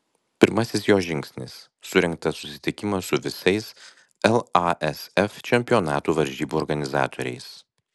pirmasis jo žingsnis surengtas susitikimas su visais lasf čempionatų varžybų organizatoriais